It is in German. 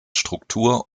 struktur